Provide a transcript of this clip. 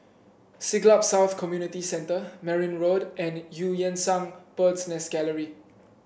Siglap South Community Centre Merryn Road and Eu Yan Sang Bird's Nest Gallery